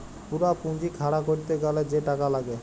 পুরা পুঁজি খাড়া ক্যরতে গ্যালে যে টাকা লাগ্যে